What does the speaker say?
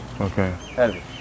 Okay